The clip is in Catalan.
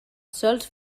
sòls